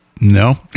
no